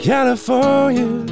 California